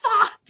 fuck